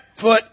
foot